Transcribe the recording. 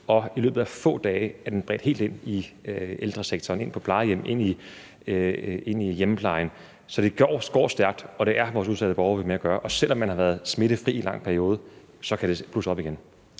og i løbet af få dage har det bredt sig helt ind i ældresektoren, ind på plejehjem, ind i hjemmeplejen. Så det går stærkt, og det er vores udsatte borgere, vi har med at gøre. Selv om man har været smittefri i en lang periode, kan det blusse op igen.